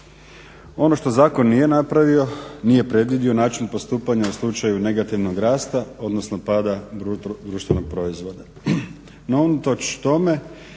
Ono što zakon nije napravio, nije predvidio način postupanja u slučaju negativnog rasta odnosno pada BDP-a. no unatoč